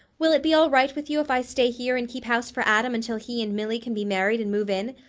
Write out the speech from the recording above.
will it be all right with you if i stay here and keep house for adam until he and milly can be married and move in?